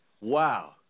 wow